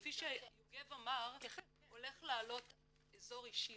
כפי שיוגב אמר הולך לעלות אזור אישי